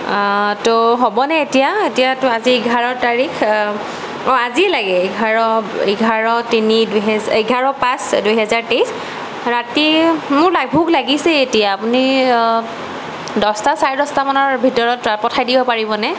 তৌ হ'ব নে এতিয়া এতিয়াটো আজি এঘাৰ তাৰিখ অঁ আজিয়ে লাগে এঘাৰ এঘাৰ তিনি দুহেজাৰ এঘাৰ পাঁচ দুহেজাৰ তেইছ ৰাতি মোৰ লা ভোক লাগিছেই এতিয়া আপুনি দহটা চাৰে দহটামানৰ ভিতৰত পঠাই দিব পাৰিবনে